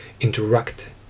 interact